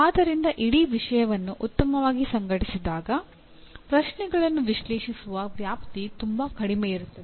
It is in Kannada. ಆದ್ದರಿಂದ ಇಡೀ ವಿಷಯವನ್ನು ಉತ್ತಮವಾಗಿ ಸಂಘಟಿಸಿದಾಗ ಪ್ರಶ್ನೆಗಳನ್ನು ವಿಶ್ಲೇಷಿಸುವ ವ್ಯಾಪ್ತಿ ತುಂಬಾ ಕಡಿಮೆ ಇರುತ್ತದೆ